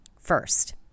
First